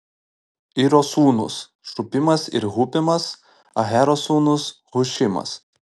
iro sūnūs šupimas ir hupimas ahero sūnus hušimas